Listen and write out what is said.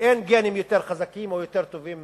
אין גנים יותר חזקים או יותר טובים